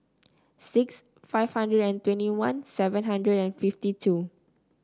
six five hundred and twenty one seven hundred and fifty two